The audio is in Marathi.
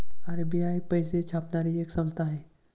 आर.बी.आय पैसे छापणारी एक संस्था आहे